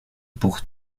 pour